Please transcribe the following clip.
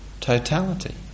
totality